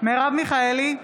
מרב מיכאלי,